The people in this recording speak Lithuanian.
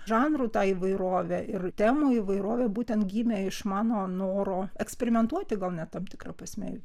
žanrų ta įvairovė ir temų įvairovė būtent gimė iš mano noro eksperimentuoti gal net tam tikra prasme